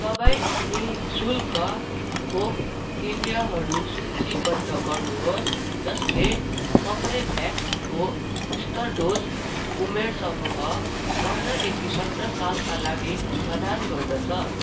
सबै नि शुल्क खोप केन्द्रहरू सूचीबद्ध गर्नुहोस् जसले कर्बेभ्याक्सको बुस्टर डोज उमेर समूह पन्ध्रदेखि सत्र सालका लागि प्रदान गर्दछ